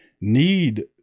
need